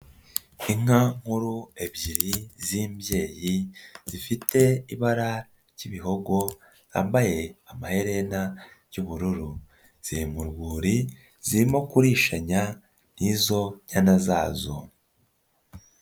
Inka nkuru ebyiri z'imbyeyi, zifite ibara ry'ibihogo, zambaye amaherena y'ubururu. Ziri mu rwuri, zirimo kuririshanya nizo njyana zazo.